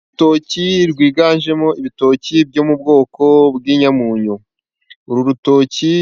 Urutoki rwiganjemo ibitoki byo mu bwoko bw'inyamunyu. Uru rutoki